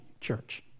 church